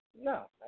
No